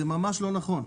זה ממש לא נכון,